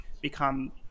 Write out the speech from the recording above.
become